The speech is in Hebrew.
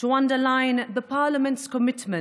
"ישראל לא נוצרה כדי להיעלם.